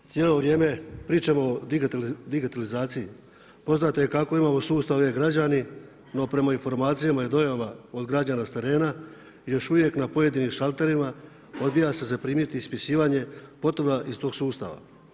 Cijelo vrijeme pričamo o digitalizaciji, poznato je kako imamo sustav E-građani no prema informacijama i dojavama od građana s terena, još uvijek na pojedinim šalterima odbija se zaprimiti ispisivanje potvrda iz tog sustava.